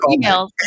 emails